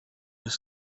his